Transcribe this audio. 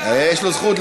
יש לו זכות,